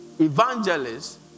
evangelists